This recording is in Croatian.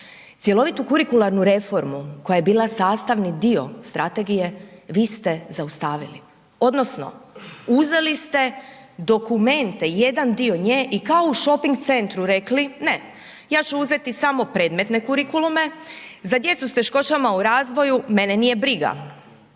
cjelovitu kurikularnu reformu koja je bila sastavni dio strategije vi ste zaustavili, odnosno uzeli ste dokumente, jedan dio nje i kao u šoping centru rekli ne, ja ću uzeti samo predmetne kurikulume, za djecu sa teškoćama u razvoju mene nije briga.